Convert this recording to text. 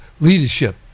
leadership